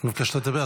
את מבקשת לדבר?